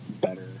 better